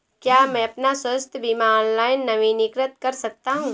क्या मैं अपना स्वास्थ्य बीमा ऑनलाइन नवीनीकृत कर सकता हूँ?